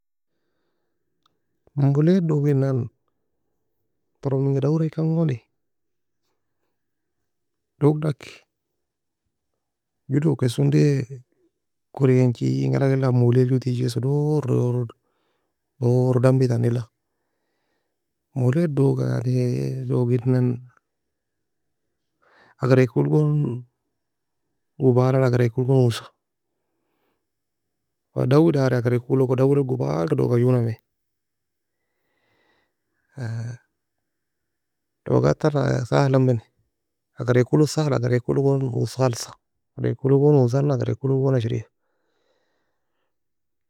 Molae le douginan taron menga dawiera ekan goni dougdaki joe dougkes onday korengi engalila molae joe teagi kes doro. Doro dambi tani la. Molae dogane yani doginan agre eko lo gone gubara agre eko lo usan Dawi dary agre eko log dawei log gubalka douga joe namie Dogata sahela amani agre eko losahla agre eko logon ose kalsa agre eko logon osan agr eko logon ashria